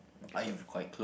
okay so